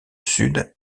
sud